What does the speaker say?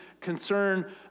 concern